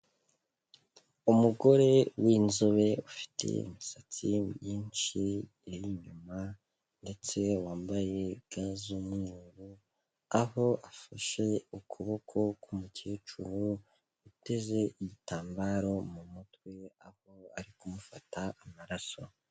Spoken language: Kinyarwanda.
Umugore w'inzobe ufite imisatsi myinshi iri inyuma ndetse wambaye ga z'umweru, aho afashe ukuboko k'umukecuru uteze igitambaro mu mutwe, aho ari kumufata amaraso.